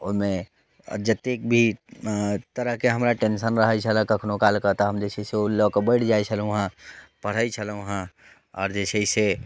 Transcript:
ओहिमे जत्तेक भी तरहके हमरा टेंशन रहै छेलै कखनौ कालके तऽ हम जे छै से ओ लकऽ बैसि जाइ छेलहुॅं हेँ पढ़ै छलहुॅं हेँ आओर जे छै से